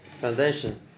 foundation